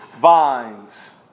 vines